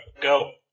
go